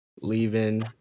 leaving